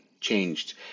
changed